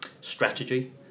strategy